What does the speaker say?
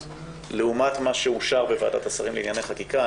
לעומת מה שאושר בוועדת השרים לענייני חקיקה.